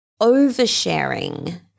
oversharing